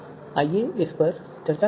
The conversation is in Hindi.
आइए इस पर चर्चा करते हैं